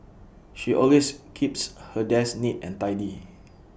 she always keeps her desk neat and tidy